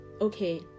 okay